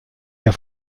ihr